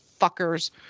fuckers